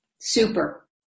super